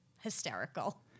hysterical